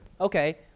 Okay